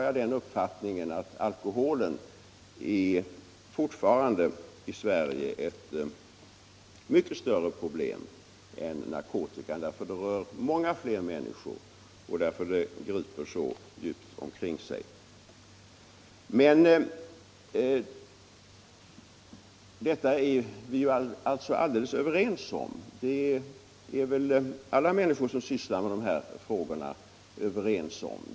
Jag vill t.o.m. påstå att alkoholen fortfarande i Sverige är ett mycket större problem än narkotikan. Alkoholproblemet rör många fler människor och griper så djupt omkring sig. Men detta är väl alla som sysslar med dessa frågor överens om.